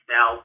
Now